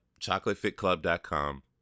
chocolatefitclub.com